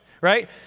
right